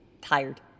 tired